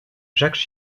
jacques